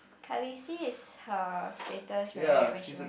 Khaleesi is her status right when she married